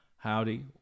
Howdy